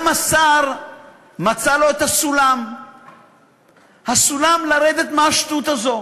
השר מצא לו את הסולם לרדת מהשטות הזאת.